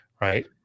right